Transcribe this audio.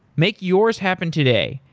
make yours happen today.